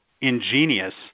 ingenious